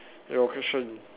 ya 我可以 show 你